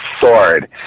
sword